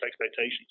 expectations